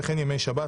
וכן ימי שבת,